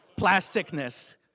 plasticness